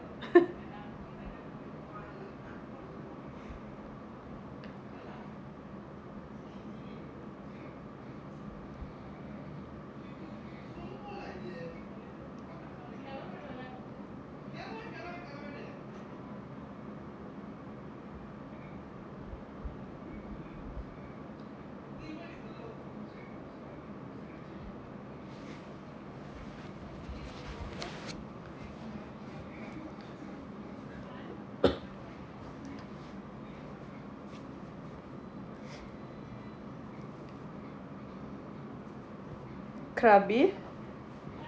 krabill